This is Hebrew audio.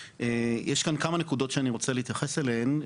יש כאן כמה נקודות שאני רוצה להתייחס אליהן,